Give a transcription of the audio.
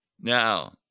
Now